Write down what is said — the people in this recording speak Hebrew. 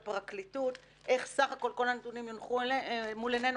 לפרקליטות איך סך הכול כל הנתונים יונחו מול עינינו